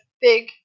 big